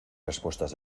respuestas